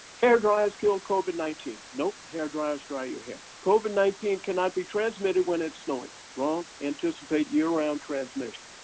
hair dryers kill covid nineteen. nope, hair dryers dry your hair. covid nineteen cannot be transmitted when it's snowing. wrong. anticipate year-round transmission.